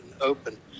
open